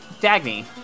Dagny